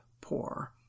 poor